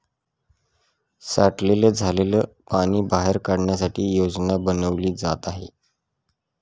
साठलेलं झालेल पाणी बाहेर काढण्यासाठी योजना बनवली जात आहे